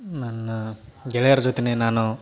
ನನ್ನ ಗೆಳೆಯರ ಜೊತೆಯೇ ನಾನು